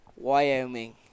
Wyoming